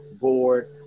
Board